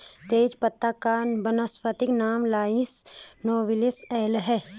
तेजपत्ता का वानस्पतिक नाम लॉरस नोबिलिस एल है